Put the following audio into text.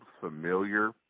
familiar